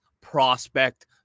prospect